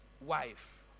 wife